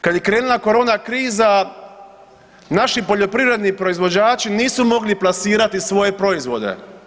Kad je krenula korona kriza naši poljoprivredni proizvođači nisu mogli plasirati svoje proizvode.